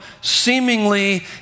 seemingly